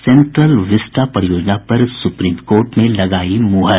central vista परियोजना पर supreme court ने लगायी मुहर